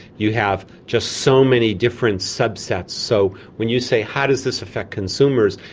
you have just so many different subsets. so when you say how does this affect consumers,